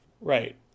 Right